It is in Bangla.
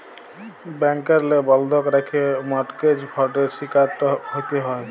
ব্যাংকেরলে বন্ধক রাখল্যে মরটগেজ ফরডের শিকারট হ্যতে হ্যয়